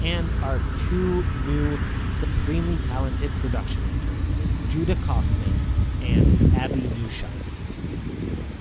and our two new supremely talented production interns judah kauffman and abby neuschatz